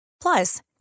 Plus